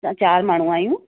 चारि माण्हू आहियूं